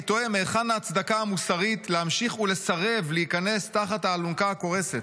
אני תוהה מהיכן ההצדקה המוסרית להמשיך ולסרב להיכנס תחת האלונקה הקורסת.